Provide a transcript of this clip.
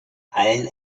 allen